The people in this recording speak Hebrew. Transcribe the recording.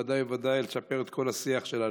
ודאי וודאי לשפר את כל השיח שלנו.